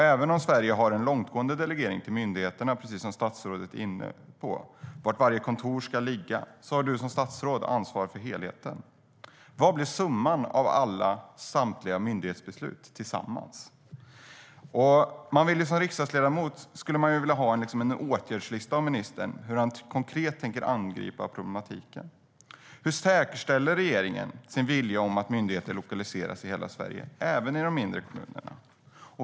Även om Sverige har en långtgående delegering till myndigheterna i fråga om var varje kontor ska ligga, som statsrådet är inne på, har statsrådet ansvar för helheten och summan av alla myndighetsbeslut. Som riksdagsledamot skulle man vilja ha en åtgärdslista från ministern för hur han konkret tänker angripa problematiken. Hur ska regeringen driva igenom sin vilja och säkerställa att myndigheter lokaliseras i hela Sverige, även i de mindre kommunerna?